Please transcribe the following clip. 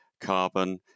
carbon